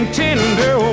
tender